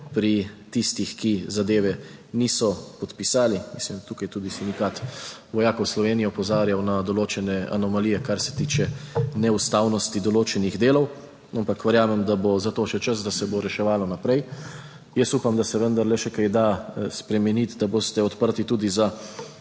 pri tistih, ki zadeve niso podpisali. Mislim, da je tukaj tudi Sindikat vojakov Slovenije, opozarja na določene anomalije, kar se tiče neustavnosti določenih delov, ampak verjamem, da bo za to še čas, da se bo reševalo naprej. Jaz upam, da se vendarle še kaj da spremeniti, da boste odprti tudi za